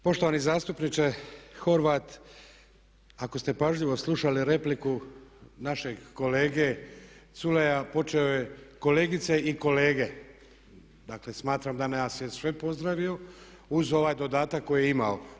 Poštovani zastupniče Horvat ako ste pažljivo slušali repliku našeg kolege Culeja počeo je kolegice i kolege, dakle smatram da nas je sve pozdravio uz ovaj dodatak koji je imao.